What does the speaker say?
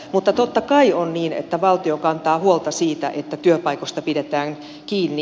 mutta totta kai on niin että valtio kantaa huolta siitä että työpaikoista pidetään kiinni